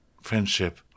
friendship